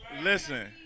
Listen